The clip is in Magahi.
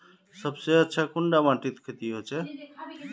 सबसे अच्छा कुंडा माटित खेती होचे?